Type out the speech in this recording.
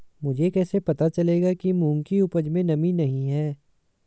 मुझे कैसे पता चलेगा कि मूंग की उपज में नमी नहीं है?